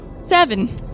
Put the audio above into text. seven